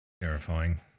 Terrifying